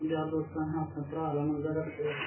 यार दोस्त अहें अपने भ्राऽ आंह्गर रक्खे दे